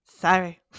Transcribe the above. Sorry